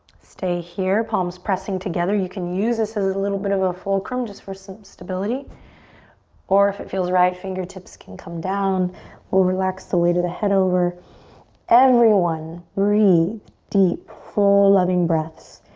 stay here palms pressing together you can use this as a little bit of a fulcrum just for some stability or if it feels right fingertips can come down will relax the weight of the head over everyone breathe deep full loving breaths